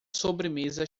sobremesa